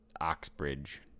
Oxbridge